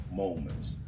moments